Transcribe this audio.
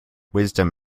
wisdom